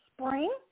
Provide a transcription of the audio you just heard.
spring